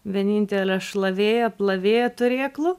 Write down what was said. vienintelė šlavėja plavėja turėklų